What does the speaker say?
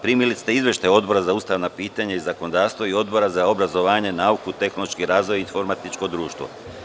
Primili ste izveštaje Odbora za ustavna pitanja i zakonodavstvo i Odbora za obrazovanje, nauku, tehnološki razvoj i informatičko društvo.